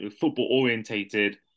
football-orientated